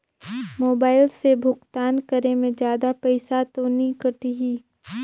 Mobile से भुगतान करे मे जादा पईसा तो नि कटही?